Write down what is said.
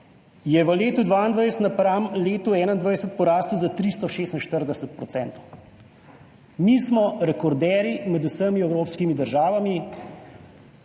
je v letu 2022 napram letu 2021 porastel za 346 %, mi smo rekorderji med vsemi evropskimi državami,